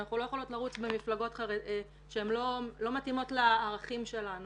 אנחנו לא יכולות לרוץ במפלגות שהן לא מתאימות לערכים שלנו